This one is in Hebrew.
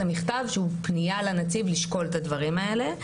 זה מכתב שהוא פנייה לנציב לשקול את הדברים האלה.